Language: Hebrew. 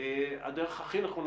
שהאזרח יוכל